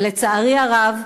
ולצערי הרב,